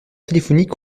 téléphoniques